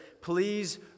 Please